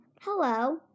Hello